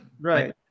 Right